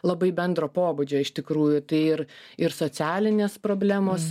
labai bendro pobūdžio iš tikrųjų tai ir ir socialinės problemos